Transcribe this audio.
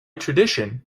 tradition